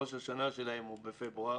ראש השנה שלהם הוא בפברואר